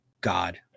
God